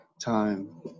time